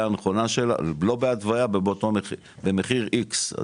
הנכונה שלה לא בהתוויה באותו מחיר במחיר איקס,